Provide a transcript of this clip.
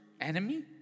enemy